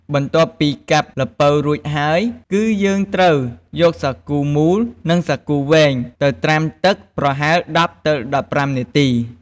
បន្ទាប់់ពីកាប់ល្ពៅរួចហើយ គឺយើងត្រូវយកសាគូមូល និងសាគូវែងទៅត្រាំទឹកប្រហែល ១០ ទៅ ១៥ នាទី។